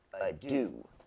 adieu